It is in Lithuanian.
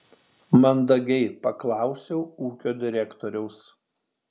mandagiai paklausiau ūkio direktoriaus